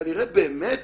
כנראה באמת